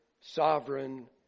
sovereign